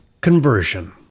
Conversion